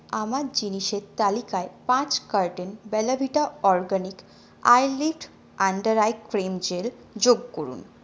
আমার জিনিসের তালিকায় পাঁচ carton Bella Vita organic eye lift under eye cream gel যোগ করুন